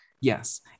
Yes